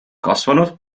kasvanud